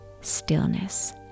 stillness